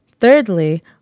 Thirdly